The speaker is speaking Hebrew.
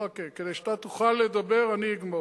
ברכה, כדי שאתה תוכל לדבר אני אגמור.